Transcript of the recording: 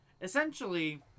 essentially